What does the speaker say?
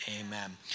Amen